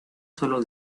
solo